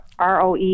ROE